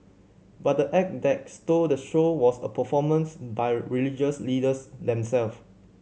but the act that stole the show was a performance by religious leaders themselves